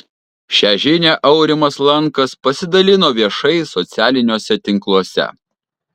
šią žinią aurimas lankas pasidalino viešai socialiniuose tinkluose